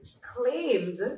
claimed